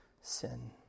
sin